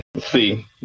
see